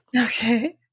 Okay